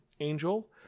Angel